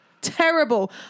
Terrible